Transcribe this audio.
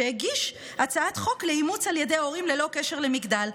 "שהגיש הצעת חוק לאימוץ על ידי הורים ללא קשר למגדר.